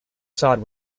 facade